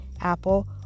Apple